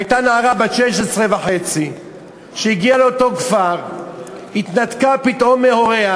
הייתה נערה בת 16.5 שהגיעה לאותו כפר והתנתקה פתאום מהוריה.